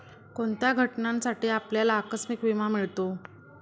कोणत्या घटनांसाठी आपल्याला आकस्मिक विमा मिळतो?